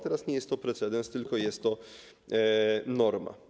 Teraz nie jest to precedens, tylko jest to norma.